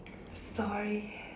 sorry